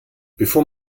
bevor